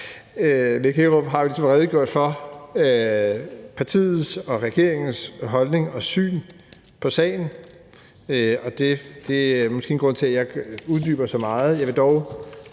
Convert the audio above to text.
Hækkerup, har ligesom redegjort for partiets og regeringens holdning og syn på sagen, og det er der måske ingen grund til jeg uddyber så meget.